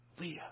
Leah